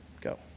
go